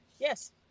Yes